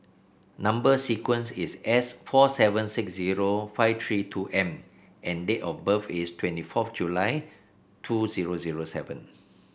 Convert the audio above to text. number sequence is S four seven six zero five three two M and date of birth is twenty fourth January two zero zero seven